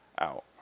out